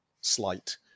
slight